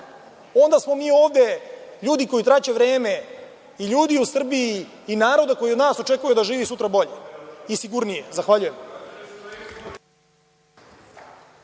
Onda smo mi ovde ljudi koji traće vreme i ljudi u Srbiji i narod koji od nas očekuje da živi sutra bolje i sigurnije. Zahvaljujem.